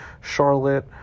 Charlotte